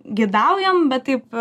gidaujam bet taip